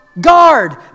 guard